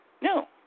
No